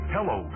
Hello